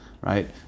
right